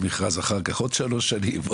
אחר כך עוד שלוש שנים למכרז,